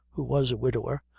who was a widower,